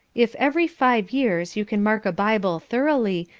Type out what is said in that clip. if every five years you can mark a bible thoroughly,